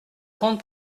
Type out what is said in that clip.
grande